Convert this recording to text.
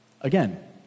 Again